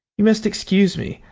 you must excuse me,